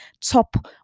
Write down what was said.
top